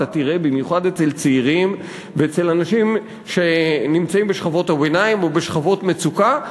במיוחד אצל צעירים ואצל אנשים שנמצאים בשכבות הביניים ובשכבות מצוקה,